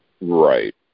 right